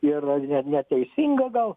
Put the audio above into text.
ir neteisinga gal